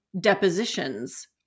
depositions